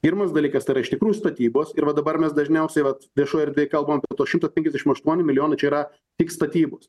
pirmas dalykas tai yra iš tikrų statybos ir va dabar mes dažniausiai vat viešoj erdvėj kalbant šimto penkiasdešimt aštuonių milijonų čia yra tik statybos